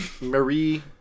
Marie